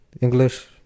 English